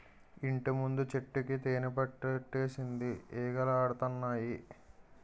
ఇంటిముందు చెట్టుకి తేనిపట్టులెట్టేసింది ఈగలాడతన్నాయి